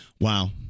wow